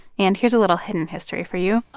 and here's a little hidden history for you are